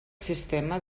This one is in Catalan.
sistema